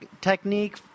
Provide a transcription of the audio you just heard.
technique